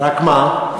רק מה?